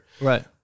Right